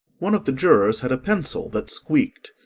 one of the jurors had a pencil that squeaked.